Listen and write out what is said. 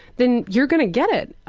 then you're gonna get it,